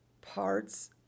parts